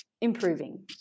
Improving